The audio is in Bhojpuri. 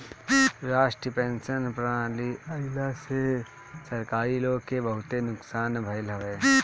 राष्ट्रीय पेंशन प्रणाली आईला से सरकारी लोग के बहुते नुकसान भईल हवे